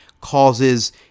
causes